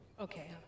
Okay